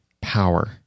power